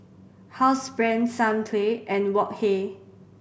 Housebrand Sunplay and Wok Hey